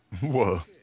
Whoa